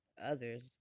others